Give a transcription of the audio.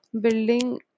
building